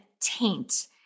taint